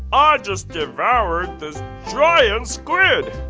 ah just devoured this giant squid!